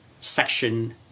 section